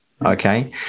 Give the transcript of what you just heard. Okay